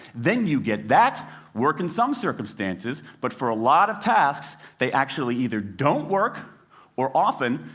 then you get that work in some circumstances. but for a lot of tasks, they actually either don't work or, often,